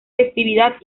festividad